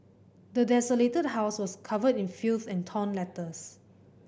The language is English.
the desolated house was covered in filth and torn letters